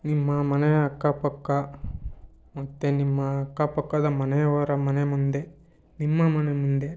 ನಿಮ್ಮ ಮನೆಯ ಅಕ್ಕಪಕ್ಕ ಮತ್ತು ನಿಮ್ಮ ಅಕ್ಕಪಕ್ಕದ ಮನೆಯವರ ಮನೆ ಮುಂದೆ ನಿಮ್ಮ ಮನೆ ಮುಂದೆ